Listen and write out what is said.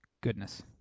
Goodness